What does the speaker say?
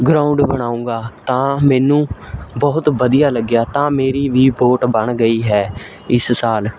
ground ਬਣਾਊਂਗਾ ਤਾਂ ਮੈਨੂੰ ਬਹੁਤ ਵਧੀਆ ਲੱਗਿਆ ਤਾਂ ਮੇਰੀ ਵੀ ਵੋਟ ਬਣ ਗਈ ਹੈ ਇਸ ਸਾਲ